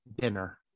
dinner